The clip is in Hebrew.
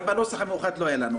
גם בנוסח המאוחד לא היה לנו.